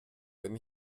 wenn